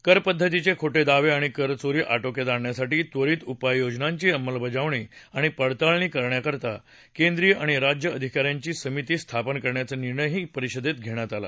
कर पद्धतीचे खोटे दावे आणि कर चोरी आटोक्यात आणण्यासाठी त्वरित उपाययोजनांची अंमलबजावणी आणि पडताळणी करण्याकरता कॅंद्रीय आणि राज्य अधिका यांची समिती स्थापन करण्याचा निर्णयही परिषदेत झाला